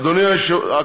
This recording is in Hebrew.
אדוני היושב-ראש,